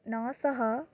ନଅଶହ